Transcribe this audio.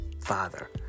father